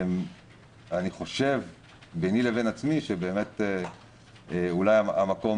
אני חושב ביני ובין עצמי שאולי המקום